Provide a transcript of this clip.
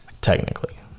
technically